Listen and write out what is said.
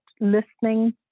listening